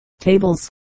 tables